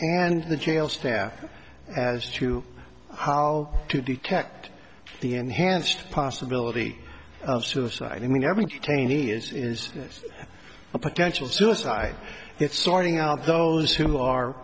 and the jail staff as to how to detect the enhanced possibility of suicide i mean every detainee is a potential suicide it's sorting out those who are